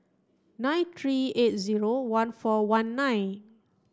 nine three eight zero one four one nine